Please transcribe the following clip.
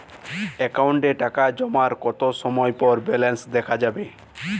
অ্যাকাউন্টে টাকা জমার কতো সময় পর ব্যালেন্স দেখা যাবে?